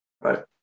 right